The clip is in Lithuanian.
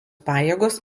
pajėgos